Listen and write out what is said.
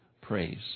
praise